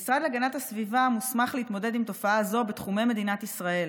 המשרד להגנת הסביבה מוסמך להתמודד עם תופעה זו בתחומי מדינת ישראל.